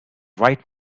right